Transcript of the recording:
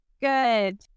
Good